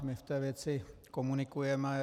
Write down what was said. My v té věci komunikujeme.